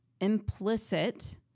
implicit